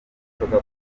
gakondo